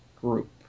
group